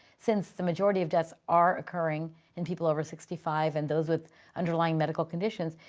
since the majority of deaths are occurring in people over sixty five and those with underlying medical conditions.